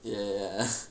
ya